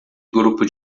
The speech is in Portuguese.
grupo